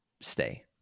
stay